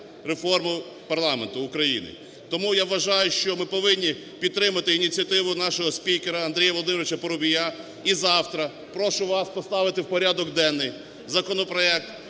реформу парламенту України. Тому я вважаю, що ми повинні підтримати ініціативу нашого спікера Андрія Володимировича Парубія, і завтра прошу вас поставити в порядок денний законопроект,